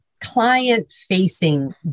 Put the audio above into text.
client-facing